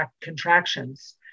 contractions